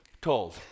told